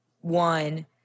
one